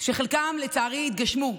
שחלקם לצערי התגשמו,